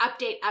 update